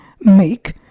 make